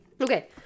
okay